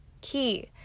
key